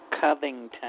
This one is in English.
Covington